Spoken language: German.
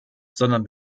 sondern